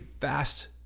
fast